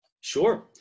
Sure